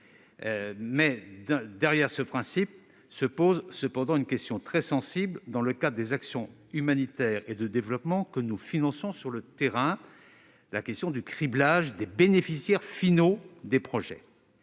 nous sommes très attachés, se pose une question très sensible dans le cadre des actions humanitaires et de développement que nous finançons sur le terrain : le criblage des bénéficiaires finaux des projets.